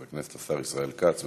חבר הכנסת ישראל כץ.